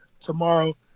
tomorrow